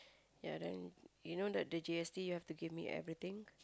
ya then you know that the G_S_T you have to give me everything